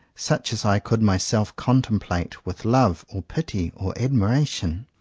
such as i could myself contemplate with love or pity or admiration.